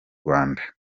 rwanda